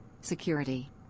Security